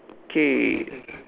okay